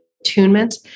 attunement